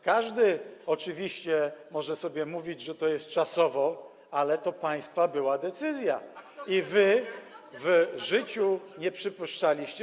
Każdy oczywiście może sobie mówić, że to jest czasowo, ale to była państwa decyzja i w życiu nie przypuszczaliście.